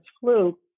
flu